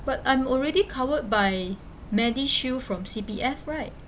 but I'm already covered by medishield from C_P_F right